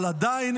אבל עדיין,